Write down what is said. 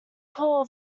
call